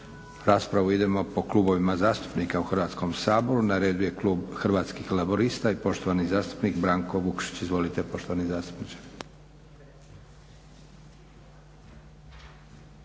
Raspravu idemo po klubovima zastupnika u Hrvatskom saboru. Na redu je klub Hrvatskih laburista i poštovani zastupnik Branko Vukšić. Izvolite poštovani zastupniče.